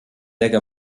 reca